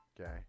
okay